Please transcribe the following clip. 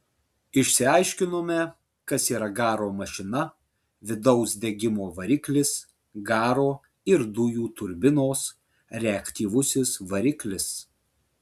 išsiaiškinome kas yra garo mašina vidaus degimo variklis garo ir dujų turbinos reaktyvusis variklis